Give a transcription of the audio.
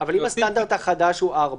אבל אם הסטנדרט החדש הוא 4